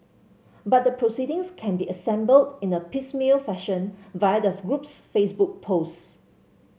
but the proceedings can be assembled in a piecemeal fashion via the group's Facebook posts